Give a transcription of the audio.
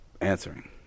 answering